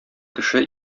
кеше